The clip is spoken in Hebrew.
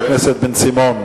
חבר הכנסת בן-סימון,